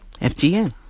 FGN